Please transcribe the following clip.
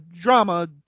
drama